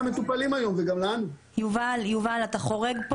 זה חשוב עוד יותר גם למטופלים וגם לנו.